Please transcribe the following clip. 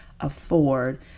afford